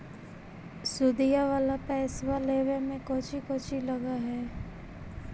सुदिया वाला पैसबा लेबे में कोची कोची लगहय?